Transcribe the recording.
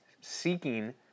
seeking